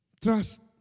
Trust